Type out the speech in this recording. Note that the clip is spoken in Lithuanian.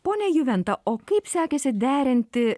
pone juventa o kaip sekėsi derinti